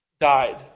died